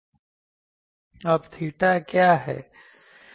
अब थीटा क्या है